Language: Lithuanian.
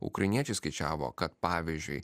ukrainiečiai skaičiavo kad pavyzdžiui